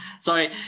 Sorry